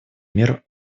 мир